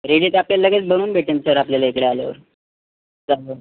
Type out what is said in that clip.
ready तर आपल्याला लगेच बनवून भेटेन सर आपल्याला इकडे आल्यावर चांगलं